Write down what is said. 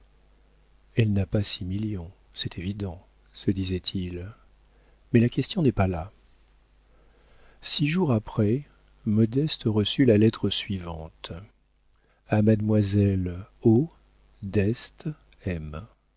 elle n'a pas six millions c'est évident se disait-il mais la question n'est pas là six jours après modeste reçut la lettre suivante iv a mademoiselle o